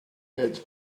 heads